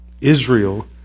Israel